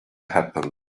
happen